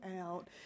out